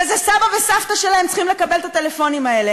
וסבא וסבתא שלהם צריכים לקבל את הטלפונים האלה.